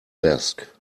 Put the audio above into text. desk